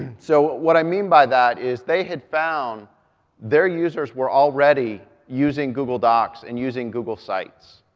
so what i mean by that is they had found their users were already using google docs and using google sites.